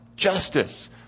Justice